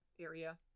area